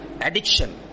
addiction